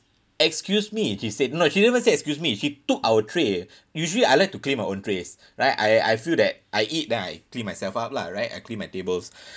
excuse me she said no she didn't even say excuse me she took our tray usually I like to clean my own trays right I I feel that I eat then I clean myself up lah right I clean my tables